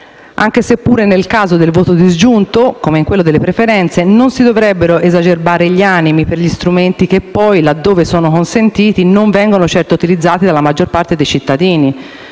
anche se - pure nel caso del voto disgiunto come in quello delle preferenze - non si dovrebbero esacerbare gli animi per strumenti che poi, laddove sono consentiti, non vengono certo utilizzati dalla maggior parte dei cittadini.